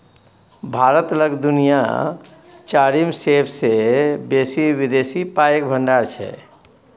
भारत लग दुनिया चारिम सेबसे बेसी विदेशी पाइक भंडार छै